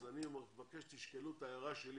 אז אני מבקש שתשקלו את ההערה שלי,